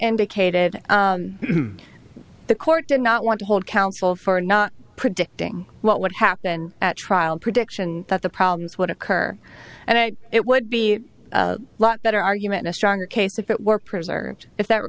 indicated the court did not want to hold counsel for not predicting what would happen at trial prediction that the problems would occur and that it would be a lot better argument a stronger case if it were preserved if that